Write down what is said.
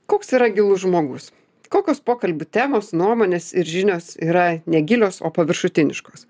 koks yra gilus žmogus kokios pokalbių temos nuomonės ir žinios yra negilios o paviršutiniškos